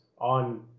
on